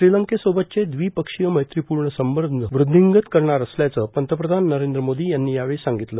श्रीलंकेसोबतचे द्विपक्षीय मैत्रिपूर्ण संबंध वृद्धिंगत करणार असल्याचं पंतप्रधान नरेंद्र मोदी यांनी यावेळी सांगितलं